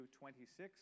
26